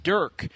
Dirk